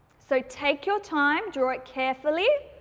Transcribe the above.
so, take your time, draw it carefully,